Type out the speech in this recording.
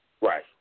Right